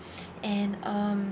and um